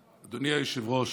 היושב-ראש,